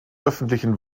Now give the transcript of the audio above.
öffentlichen